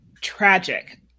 tragic